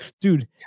Dude